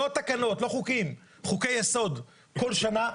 לא תקנות, לא חוקים חוקי-יסוד בכל שנה,